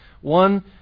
One